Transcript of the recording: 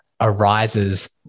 arises